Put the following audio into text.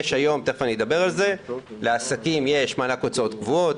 יש היום לעסקים מענק הוצאות קבועות,